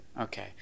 Okay